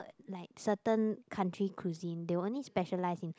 like certain country cuisine they only specialise in